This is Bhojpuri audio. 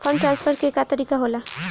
फंडट्रांसफर के का तरीका होला?